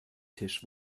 tisch